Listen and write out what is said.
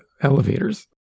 elevators